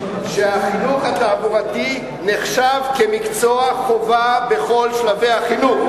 שהחינוך התעבורתי נחשב למקצוע חובה בכל שלבי החינוך.